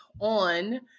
on